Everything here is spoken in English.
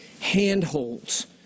handholds